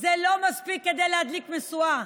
זה לא מספיק כדי להדליק משואה.